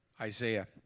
Isaiah